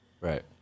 Right